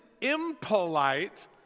impolite